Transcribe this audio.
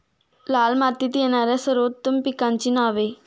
लाल मातीत येणाऱ्या सर्वोत्तम पिकांची नावे?